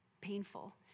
painful